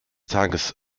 tages